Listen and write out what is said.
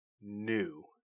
new